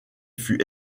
fut